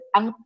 Ang